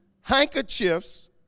handkerchiefs